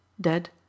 Dead